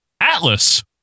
atlas